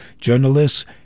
journalists